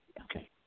Okay